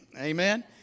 Amen